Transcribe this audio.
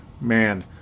man